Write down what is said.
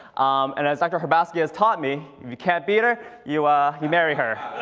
and as dr. harbasia has taught me, if you can't beat her you ah you marry her.